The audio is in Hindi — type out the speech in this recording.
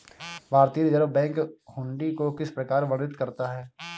भारतीय रिजर्व बैंक हुंडी को किस प्रकार वर्णित करता है?